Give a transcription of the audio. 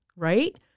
right